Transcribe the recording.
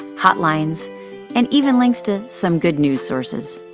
hotlines and even links to some good news sources.